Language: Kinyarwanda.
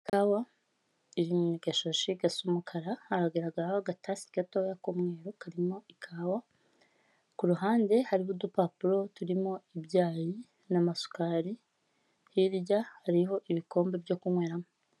Ikawa iri mu gashashi gasa umukara, hagaragaraho agatasi gatoya k'umweru karimo ikawa, kuruhande hariho udupapuro turimo ibyayi n'amasukari, hirya hariho ibikombe byo kunyweramo.